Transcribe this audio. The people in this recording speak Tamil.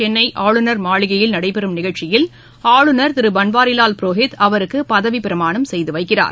சென்னைஆளுநர் மாளிகையில் நடைபெறும் நிகழ்ச்சியில் ஆளுநர் திருபன்வாரிலால் புரோஹித் அவருக்குபதவிப்பிரமாணம் செய்துவைக்கிறார்